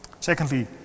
secondly